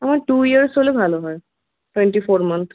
আমার two years হলে ভালো হয় টোয়েন্টি ফোর মান্থ